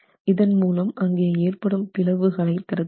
இதன் மூலம் அங்கே ஏற்படும் பிளவுகளை தடுக்கலாம்